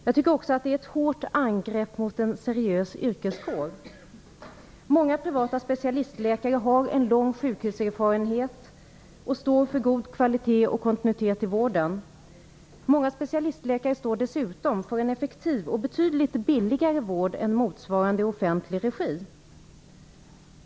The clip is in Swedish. Jag tycker också att det är ett hårt angrepp mot en seriös yrkeskår. Många privata specialistläkare har en lång sjukhuserfarenhet och står för god kvalitet och kontinuitet i vården. Många specialistläkare står dessutom för en effektiv och betydligt billigare vård än motsvarande i offentlig regi.